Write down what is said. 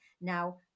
now